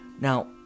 Now